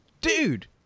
Dude